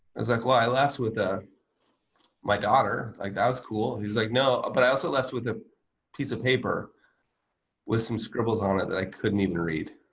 was like, well, i left with ah my daughter like that was cool. he's like, no. but i also left with a piece of paper with some scribbles on it that i couldn't even read.